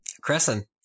Crescent